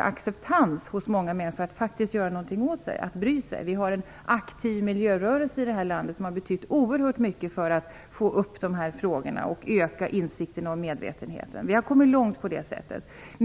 acceptans hos många människor att göra något och bry sig. Vi har en aktiv miljörörelse i landet som har betytt oerhört mycket för att dessa frågor har lyfts fram och för den ökade insikten och medvetenheten. I det avseendet har vi kommit långt.